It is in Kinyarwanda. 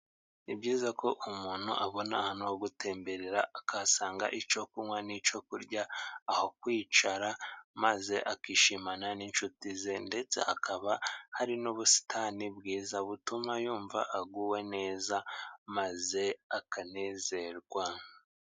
Ni byiza ko umuntu abona ahantu ho gutemberera akahasanga icyo kunywa n'icyo kurya, aho kwicara, maze akishimana n'inshuti ze, ndetse hakaba hari n'ubusitani bwiza butuma yumva aguwe neza maze akanezerwa.